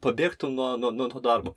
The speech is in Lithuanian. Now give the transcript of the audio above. pabėgtum nuo nuo nuo to darbo